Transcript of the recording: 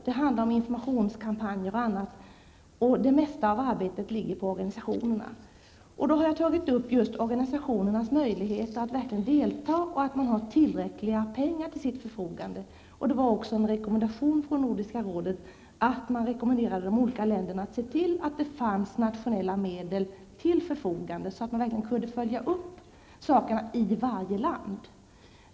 Det handlar om informationskampanjer och annat, och det mesta av arbetet ligger på organisationerna. Jag har tagit upp just organisationernas möjlighet att verkligen delta och hur viktigt det är att man har tillräckligt med pengar till sitt förfogande. Det var också en rekommendation från Nordiska rådet att de olika länderna skulle se till att det fanns nationella medel till förfogande, så att dessa frågor verkligen kunde följas upp i varje land.